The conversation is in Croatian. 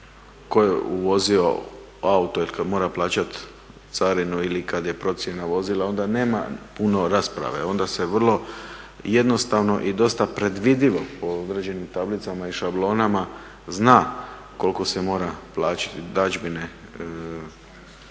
tko je uvozio auto i kad mora plaćati carinu ili kad je procjena vozila onda nema puno rasprave, onda se vrlo jednostavno i dosta predvidljivo po određenim tablicama i šablonama zna koliko se mora plaćati dadžbine